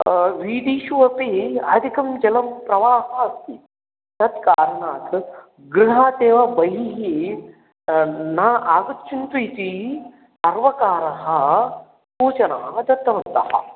वीतीषु अपि अधिकं जलं प्रवाहः अस्ति तत्कारणात् गृहात् एव बहिः न आगच्छन्तु इति सर्वकारः सूचनाः दत्तवन्तः